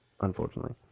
Unfortunately